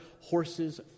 horses